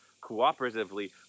cooperatively